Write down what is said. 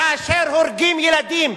כאשר הורגים ילדים,